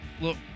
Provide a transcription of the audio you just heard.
Look